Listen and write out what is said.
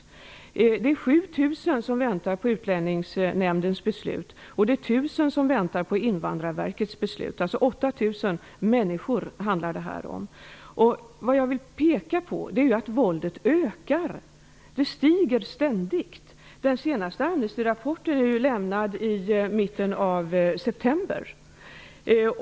Så många som 7 000 kosovoalbaner väntar på Utlänningsnämndens beslut, och det är 1 000 som väntar på Invandrarverkets beslut. Det handlar alltså om 8 000 människor. Det som jag vill peka på är att våldet ökar. Det stiger ständigt. Den senaste Amnesti-rapporten avlämnades i mitten av september.